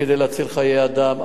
כדי להציל חיי אדם.